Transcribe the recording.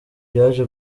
byaje